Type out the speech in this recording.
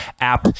app